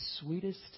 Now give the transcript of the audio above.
sweetest